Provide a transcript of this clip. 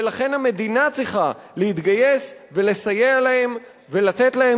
ולכן המדינה צריכה להתגייס ולסייע להם ולתת להם